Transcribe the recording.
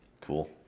Cool